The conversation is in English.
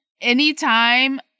anytime